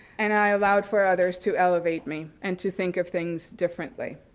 and i allowed for others to elevate me and to think of things differently.